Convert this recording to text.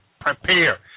Prepare